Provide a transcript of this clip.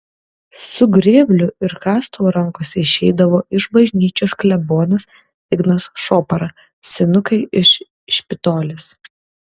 su grėbliu ir kastuvu rankose išeidavo iš bažnyčios klebonas ignas šopara senukai iš špitolės